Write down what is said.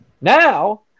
Now